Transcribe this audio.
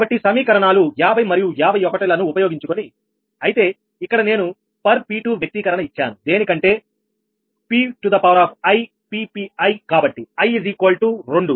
కాబట్టి సమీకరణాలు 50 మరియు 51 లను ఉపయోగించుకొని అయితే ఇక్కడ నేను పర్ P2 వ్యక్తీకరణ ఇచ్చాను దేనికంటే 𝑃𝑖 Ppi కాబట్టి i 2